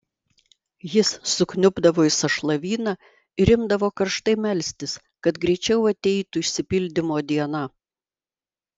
jis sukniubdavo į sąšlavyną ir imdavo karštai melstis kad greičiau ateitų išsipildymo diena